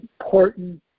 important